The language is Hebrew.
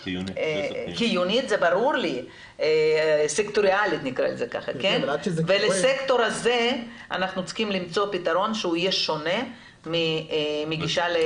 כי אני לא חושבת שזה המקום, ואני חושבת שלשניכם יש